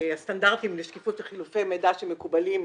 הסטנדרטים לשקיפות וחילופי מידע שמקובלים בעולם,